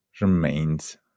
remains